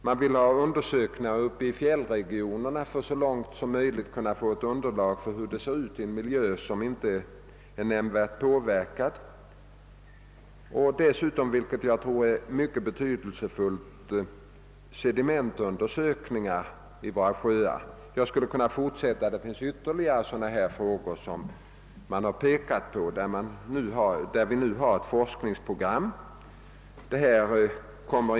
Det föreslås undersökningar uppe i fjällregioner för att så långt som möjligt kunna få reda på hur det ser ut i en miljö som inte är nämnvärt påverkad. Dessutom vill man genomföra sedimentundersökningar i våra sjöar, vilket jag tror är mycket betydelsefullt. Jag skulle kunna fortsätta uppräkningen. Det finns flera sådana här frågor som dem jag pekat på och som ingår i forskningsprogrammet.